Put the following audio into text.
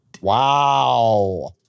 Wow